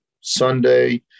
Sunday